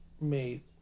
made